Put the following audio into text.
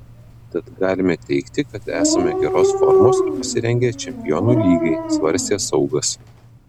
tad galime teigti kad esame geros formos ir pasirengę čempionų lygai svarstė saugas